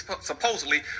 supposedly